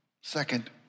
Second